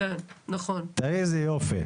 לנתק את טופס 4 מחיבור